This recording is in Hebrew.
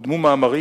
קודמו מאמרים,